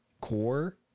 core